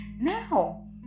Now